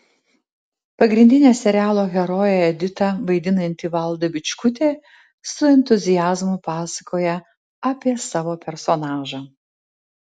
pagrindinę serialo heroję editą vaidinanti valda bičkutė su entuziazmu pasakoja apie savo personažą